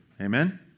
Amen